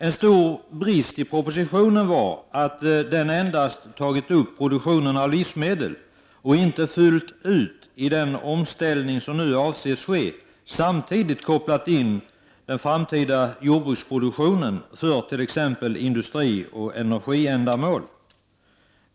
En stor brist i propositionen är att den endast har tagit upp produktionen av livsmedel och inte fullt ut i den nu förestående omställningen samtidigt tagit med den framtida jordbruksproduktionen för t.ex. industrioch energiändamål.